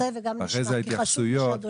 ואחר כך לתת התייחסויות.